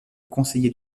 conseiller